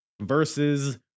versus